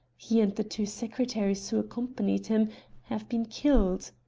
he and the two secretaries who accompanied him have been killed.